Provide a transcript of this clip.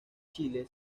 chile